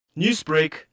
Newsbreak